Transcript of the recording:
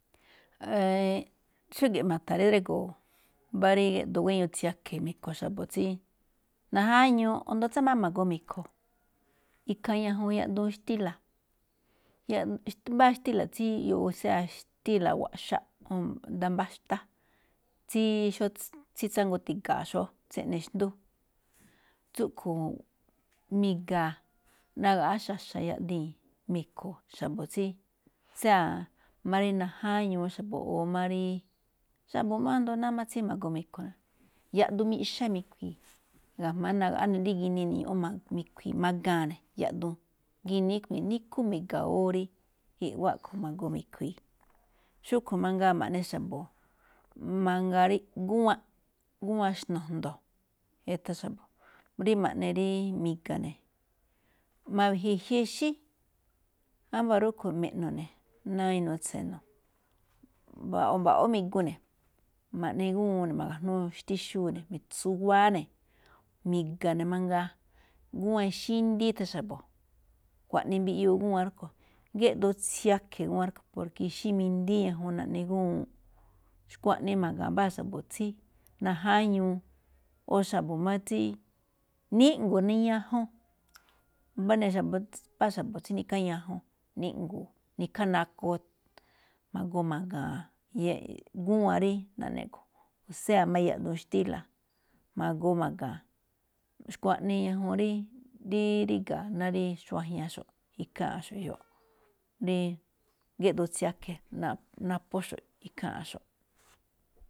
Ee, xúge̱ꞌ ma̱tha̱n rí drégo̱o̱ mbá rí gíꞌdoo guéño tsiakhe̱ mi̱kho̱ xa̱bo̱ tsíí najáñuu o jndo tsáa má ma̱goo mi̱kho̱, ikhaa ñajuun yaꞌduun xtíla̱, yaꞌ-mbáa xtíla̱ tsíí, o sea, xtíla̱ wa̱ꞌxaꞌ, o ndámbáxtá tsíí xóó tsíngutiga̱a̱ xóó, tsíꞌne xndú, tsúꞌkho̱o̱ mi̱ga̱a̱, nagaꞌá xa̱xa̱ yaꞌdii̱n mi̱kho̱ xa̱bo̱ tsí, sea, má rí najáñuu xa̱bo̱ o má ríí, xa̱bo̱ má jndo náá má tsí ma̱goo me̱kho̱ ne̱, yaꞌduun miꞌxá mi̱khui̱i̱, ga̱jma̱á nagaꞌá ne̱ dí ginii, ni̱ñ a, mi̱khui̱i̱, ma̱ga̱a̱n ne̱, yaꞌduun. Ginii kun- níkhú mi̱ga̱wóo rí i̱ꞌwá kho̱ ma̱goo mi̱khui̱i̱. Xúꞌkho̱ mangaa ma̱ꞌne xa̱bo̱, mangaa rí, gúwan, gúwan xno̱jndo̱, ethan xa̱bo, rí ma̱ꞌne ríí mi̱ga̱ ne̱. Ma̱we̱je̱ jyi xíí, ámba̱ rúꞌkho̱ me̱ꞌno̱ ne̱, ná rí inuu tse̱no̱. Mba̱ꞌwoꞌ, mba̱ꞌwo̱ ámigu ne̱, ma̱ꞌne gúwuun ne̱ ma̱ga̱jnúu xtíxúu ne̱, mi̱tsuwáá ne̱, mi̱ga̱ ne̱ mangaa. Gúwan ixí ndí, ithan xa̱bo̱, kuaꞌnii mbiꞌyuu gúwan rúꞌkho̱. Géꞌdoo tsiakhe̱ gúwan rúꞌkho̱, porque ixí mindí ñajuun naꞌne gúwuun. Xkuanii ma̱ga̱a̱n mbáa xa̱bo̱ tsí najáñuu o xa̱bo̱ má tsí níꞌngo̱o̱ niñajun, mbá ne̱-mbáa xa̱bo̱ tsí ni̱káñajun, níꞌngo̱o̱, nikhá nakoo, ma̱goo ma̱ga̱a̱n yee- gúwan rí naꞌne kho̱, sea má yaꞌduun xtíla̱ ma̱goo ma̱ga̱a̱n. Xkuaꞌnii ñajuun rí- rí ríga̱ ná rí xuajñaxo̱ꞌ, ikháanꞌxo̱ꞌ jyoꞌ, rí gíꞌdoo tsiakhe̱ naꞌ-naphóxo̱ꞌ ikháanꞌxo̱ꞌ.